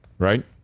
Right